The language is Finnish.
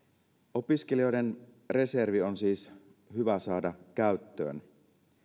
opiskelijoiden reservi on siis hyvä saada käyttöön